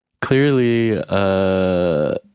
clearly